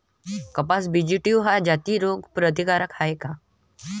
कपास BG two ह्या जाती रोग प्रतिकारक हाये का?